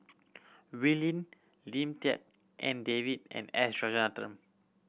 Wee Lin Lim Tik En David and S